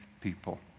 people